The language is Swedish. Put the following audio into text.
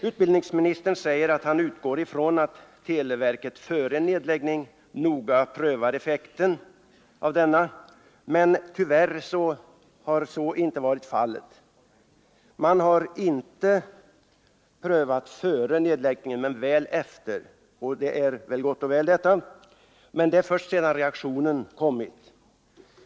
Utbildningsministern säger sig utgå från att televerket före en nedläggning noga prövar effekten av en sådan åtgärd, men tyvärr har så inte varit fallet. Televerket har inte prövat effekten före nedläggningen men väl efteråt. Och det är ju gott och väl, men prövningen har då gjorts först efter det att reaktionen har kommit.